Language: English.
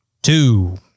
Two